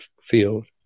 field